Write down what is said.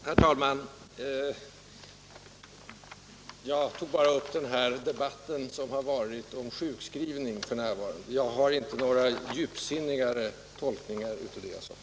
Herr talman! Jag anknöt bara till den debatt om sjukskrivning som pågår f. n., och jag kan inte erbjuda några djupsinnigare tolkningar av det jag sade.